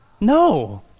No